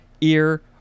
ear